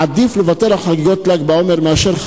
עדיף לוותר על חגיגות ל"ג בעומר מאשר,